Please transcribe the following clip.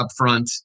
upfront